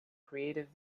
creative